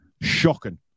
Shocking